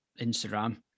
instagram